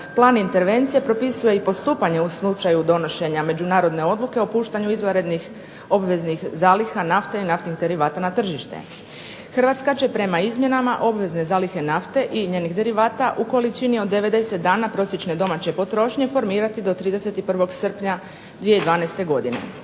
Plan intervencije propisuje i postupanje u slučaju donošenja međunarodne odluke o puštanju izvanrednih obveznih zaliha nafte i naftnih derivata na tržište. Hrvatska će prema izmjenama obvezne zalihe nafte i njenih derivata u količini od 90 dana prosječne domaće potrošnje formirati do 31. srpnja 2012. godine.